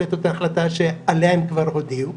את אותה החלטה שעליה הם כבר הודיעו,